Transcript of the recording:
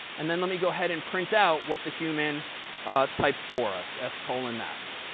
and then let me go ahead and print out what the human typed for us, s colon that.